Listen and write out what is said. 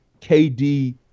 KD